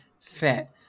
fit